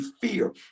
fear